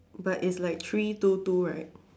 but it's like three two two right